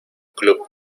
club